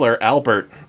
Albert